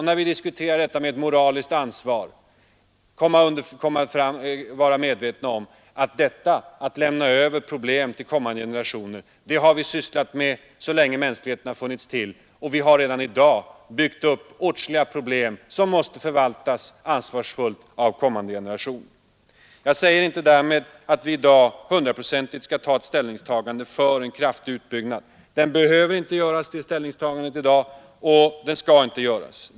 När vi diskuterar det moraliska ansvaret måste vi också vara medvetna om att detta, att lämna över problem till kommande generationer, är något som mänskligheten gjort så länge den funnits till. Vi har redan i dag byggt upp eller skapat åtskilliga problem som måste övertas och förvaltas ansvarsfullt av kommande generationer. Jag säger därmed inte att vi i dag skall göra ett hundraprocentigt ställningstagande för en kraftig utbyggnad av kärnkraften. Det ställningstagandet behöver inte och skall inte göras i dag.